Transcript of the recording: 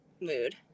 mood